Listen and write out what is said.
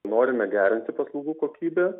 norime gerinti paslaugų kokybę